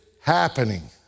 happening